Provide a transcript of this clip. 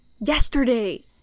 yesterday